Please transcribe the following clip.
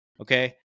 Okay